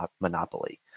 monopoly